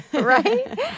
right